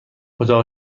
اتاق